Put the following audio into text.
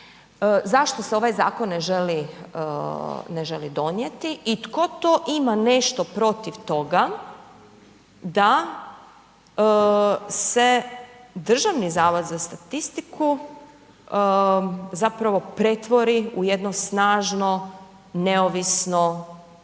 zašto se ovaj zakon ne želi donijeti i tko to ima nešto protiv toga da se Državni zavod za statistiku zapravo pretvori u jedno snažno, neovisno